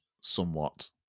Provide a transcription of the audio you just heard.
somewhat